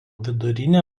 vidurinę